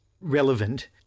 relevant